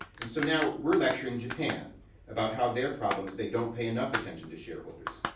and so now, we're lecturing japan about how their problem is they don't pay enough attention to shareholders.